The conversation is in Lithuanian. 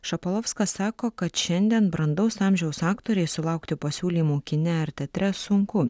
šapolovska sako kad šiandien brandaus amžiaus aktorės sulaukti pasiūlymų kine ar teatre sunku